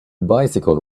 bicycle